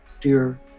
dear